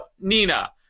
Nina